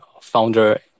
founder